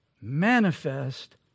manifest